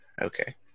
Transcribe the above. Okay